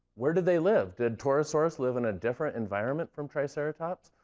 where did they live? did torosaurus live in a different environment from triceratops?